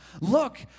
look